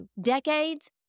decades